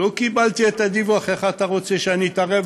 לא קיבלתי את הדיווח, איך אתה רוצה שאני אתערב?